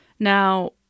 Now